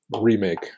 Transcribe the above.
remake